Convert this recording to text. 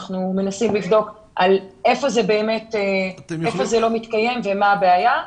אנחנו מנסים לבדוק איפה זה לא מתקיים ומה הבעיה,